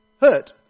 hurt